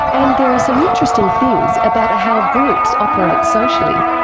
and there are some interesting things about how groups operate socially.